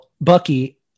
Bucky